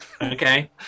Okay